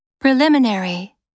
Preliminary